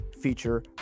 feature